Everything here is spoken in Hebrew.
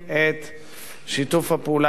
שיתוף הפעולה עם ועדת החקירה הזאת.